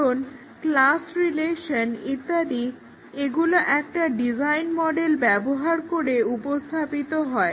কারণ class relation ইত্যাদি এগুলো একটা ডিজাইন মডেল ব্যবহার করে উপস্থাপিত হয়